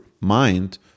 mind